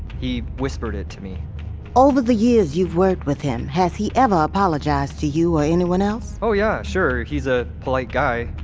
he whispered it to me over the years you've worked with him, has he ever apologized to you or anyone else? oh yeah, sure, he's a polite guy.